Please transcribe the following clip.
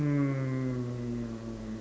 hmm